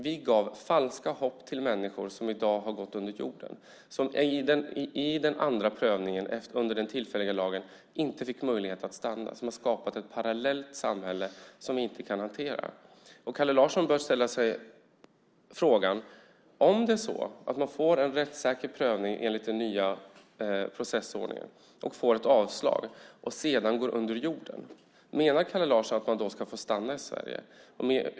Vi gav falska förhoppningar till människor som i dag gått under jorden eftersom de i den andra prövningen, under den tillfälliga lagen, inte fick möjlighet att stanna. Det har skapat ett parallellt samhälle som vi inte kan hantera. Menar Kalle Larsson att även om man får en rättssäker prövning enligt den nya processordningen, får avslag och går under jorden, man ändå ska få stanna i Sverige?